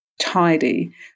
Tidy